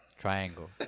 Triangle